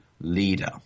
leader